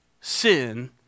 sin